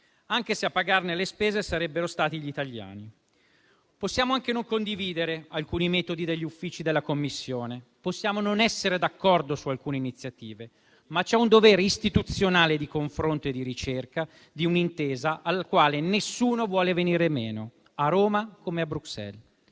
anche se a pagarne le spese sarebbero stati gli italiani. Possiamo anche non condividere alcuni metodi degli uffici della Commissione; possiamo non essere d'accordo su alcune iniziative, ma c'è un dovere istituzionale di confronto e di ricerca di un'intesa al quale nessuno vuole venire meno, a Roma come a Bruxelles.